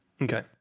Okay